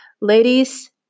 Ladies